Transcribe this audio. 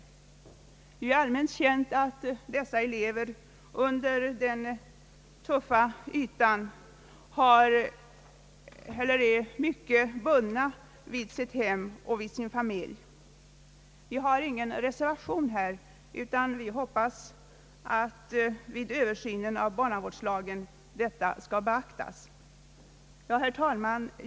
Det är ju allmänt känt att ungdomsskolornas elever under den tuffa ytan ofta är mycket bundna vid sitt hem och sin familj. Vi har inte avgivit någon reservation på denna punkt men hoppas att önskemålet skall beaktas vid översynen av barnavårdslagen. Herr talman!